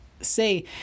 say